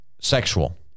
sexual